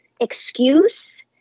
excuse